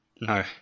No